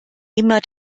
immer